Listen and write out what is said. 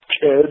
Kids